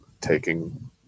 taking